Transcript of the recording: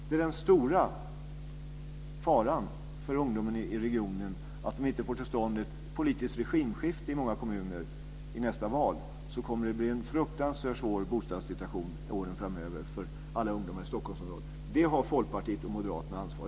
Det är den stora faran för ungdomen i regionen att om de inte får till stånd ett politiskt regimskifte i många kommuner i nästa val kommer det att bli en fruktansvärt svår bostadssituation åren framöver för alla ungdomar i Stockholmsområdet. Det har